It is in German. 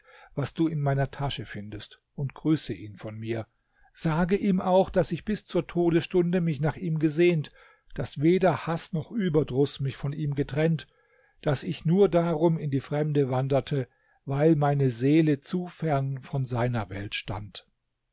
was du in meiner tasche findest und grüße ihn von mir sage ihm auch daß ich bis zur todesstunde mich nach ihm gesehnt daß weder haß noch überdruß mich von ihm getrennt daß ich nur darum in die fremde wanderte weil meine seele zu fern von seiner welt stand